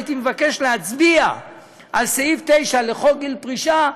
הייתי מבקש להצביע על סעיף 9 לחוק גיל פרישה,